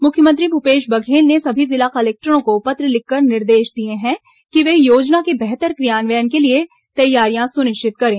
मुख्यमंत्री भूपेश बघेल ने सभी जिला कलेक्टरों को पत्र लिखकर निर्देश दिए हैं कि वे योजना के बेहतर क्रियान्वयन के लिए तैयारियां सुनिश्चित करें